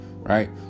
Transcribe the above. right